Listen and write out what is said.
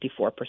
54